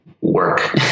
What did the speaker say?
work